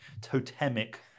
totemic